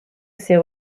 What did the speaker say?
ces